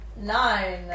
Nine